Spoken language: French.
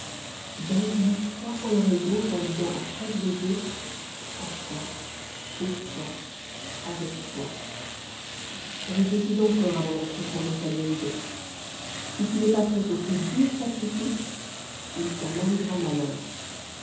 baise lui trois fois l'oreille gauche en disant à chaque baiser a toi pour toi avec toi réfléchis encore avant d'entreprendre sa guérison si tu n'es pas prête aux plus durs sacrifices il t'en arrivera malheur